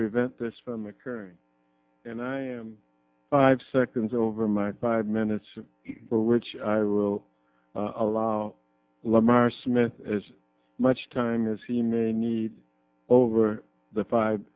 prevent this from occurring and i am five seconds over my five minutes which allow lamar smith as much time as he may need over the five